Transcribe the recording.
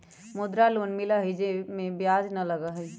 मुद्रा लोन मिलहई जे में ब्याज न लगहई?